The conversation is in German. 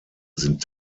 sind